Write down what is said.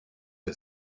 are